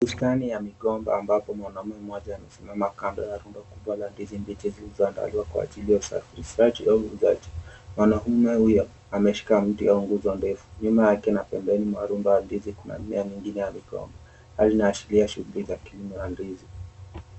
Bustani ya migomba ambapo mwanamume mmoja amesimama kando ya rundo kubwa ya ndizi mbichi zilizoandaliwa kwa ajili usafirishaji au uuzaji. Mwanaume huyo ameshika mti au nguzo ndefu nyuma yake na pembeni mwa rundo ya ndizi kuna rundo nyingine ya migomba, hali inayoashiria shughuli ya kilimo ya ndizi.